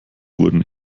wurden